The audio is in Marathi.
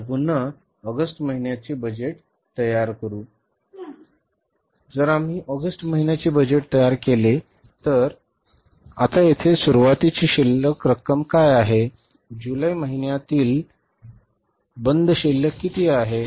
आता पुन्हा ऑगस्ट महिन्याचे बजेट तयार करू जर तुम्ही ऑगस्ट महिन्याचे बजेट तयार केले तर आता येथे सुरुवातीची शिल्लक रक्कम काय आहे जुलै महिन्यातील बंद शिल्लक किती आहे